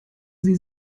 sie